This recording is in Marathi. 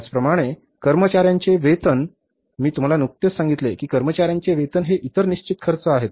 त्याचप्रमाणे कर्मचार्यांचे वेतन मी तुम्हाला नुकतेच सांगितले की कर्मचार्यांचे वेतन हे इतर निश्चित खर्च आहेत